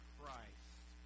Christ